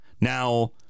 Now